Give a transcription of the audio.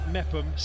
Mepham